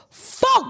Fuck